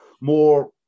more